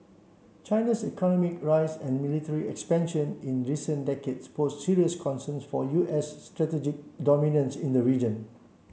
China's economic rise and military expansion in recent decades pose serious concerns for U S strategic dominance in the region